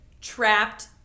trapped